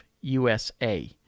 USA